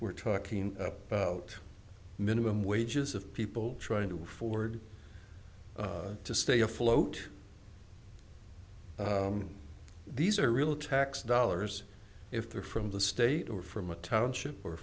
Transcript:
we're talking about minimum wages of people trying to forward to stay afloat these are real tax dollars if they're from the state or from a township or